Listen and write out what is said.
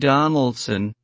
Donaldson